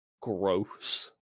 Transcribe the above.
gross